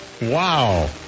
Wow